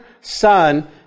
Son